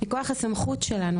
מכוח הסמכות שלנו,